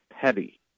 petty